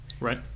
Right